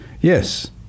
Yes